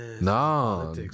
No